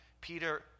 Peter